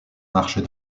marchent